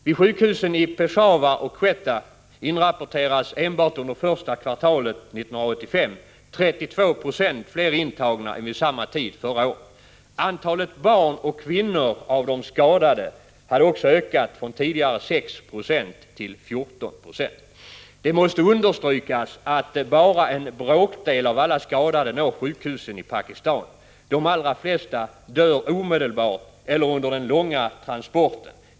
Vid sjukhusen i Peshawar och Quetta inrapporterades enbart under första kvartalet i år 32 2 fler intagna än vid samma tid förra året. Antalet barn och kvinnor av de skadade hade också ökat från tidigare 6 Yo till 14 90. Det måste understrykas att bara en bråkdel av alla skadade når sjukhusen i Pakistan. De allra flesta dör omedelbart eller under den långa transporten.